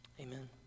amen